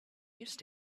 used